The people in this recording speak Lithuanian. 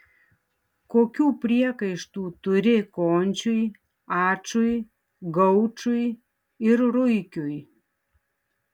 kokių priekaištų turi končiui ačui gaučui ir ruikiui